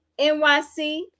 nyc